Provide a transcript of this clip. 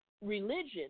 religion